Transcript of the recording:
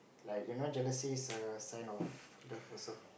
like you know jealousy is a sign of love also